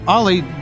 Ollie